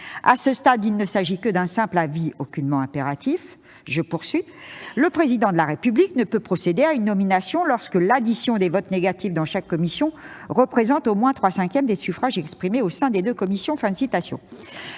À ce stade, il ne s'agit que d'un simple avis, nullement impératif. L'article prévoit ensuite :« Le Président de la République ne peut procéder à une nomination lorsque l'addition des votes négatifs dans chaque commission représente au moins trois cinquièmes des suffrages exprimés au sein des deux commissions ».